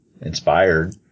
inspired